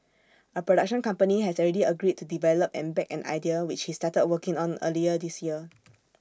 A production company has already agreed to develop and back an idea which he started working on earlier this year